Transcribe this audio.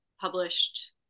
published